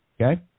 Okay